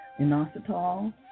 inositol